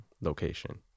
location